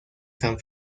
san